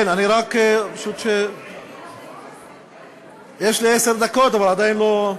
כן, יש לי עשר דקות, אבל עדיין לא,